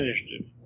initiative